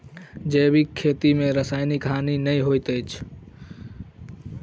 जैविक खेती में रासायनिक हानि नै होइत अछि